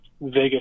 Vegas